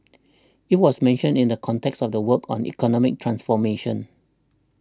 it was mentioned in the context of the work on economic transformation